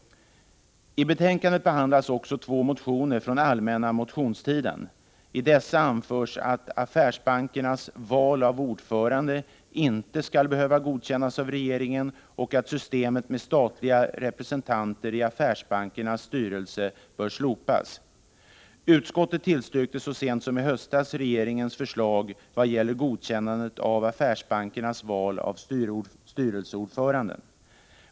I betänkandet behandlas också två motioner från allmänna motionstiden. I dessa anförs att affärsbankernas val av ordförande inte skall behöva godkännas av regeringen och att systemet med statliga representanter i affärsbankernas styrelser bör slopas. Utskottet tillstyrkte så sent som i höstas regeringens förslag vad gäller godkännande av affärsbankernas val av styrelseordförande.